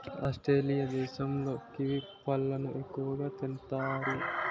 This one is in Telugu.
ఆస్ట్రేలియా దేశంలో కివి పళ్ళను ఎక్కువగా తింతారు